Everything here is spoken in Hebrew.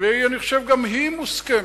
ואני חושב שגם היא מוסכמת.